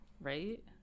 Right